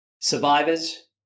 survivors